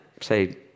say